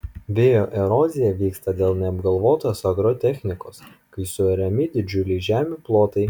vėjo erozija vyksta dėl neapgalvotos agrotechnikos kai suariami didžiuliai žemių plotai